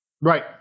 Right